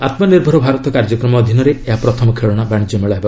ଆତ୍ମନିର୍ଭର ଭାରତ କାର୍ଯ୍ୟକ୍ରମ ଅଧୀନରେ ଏହା ପ୍ରଥମ ଖେଳନା ବାଶିଜ୍ୟମେଳା ହେବ